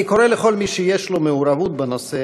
אני קורא לכל מי שיש לו מעורבות בנושא